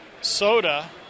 Soda